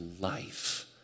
life